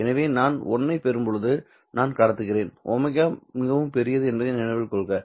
எனவே நான் 1 ஐப் பெறும்போது நான் கடத்துகிறேன் ω மிகவும் பெரியது என்பதை நினைவில் கொள்க